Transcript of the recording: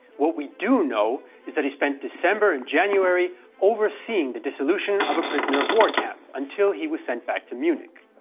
what we do know is that he spent december and january overseeing the dissolution of a prisoner of war camp, until he was sent back to munich.